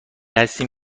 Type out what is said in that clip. هستیم